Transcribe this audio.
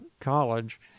college